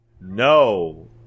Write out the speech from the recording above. no